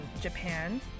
Japan